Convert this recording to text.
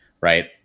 right